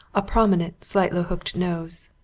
a prominent, slightly hooked nose,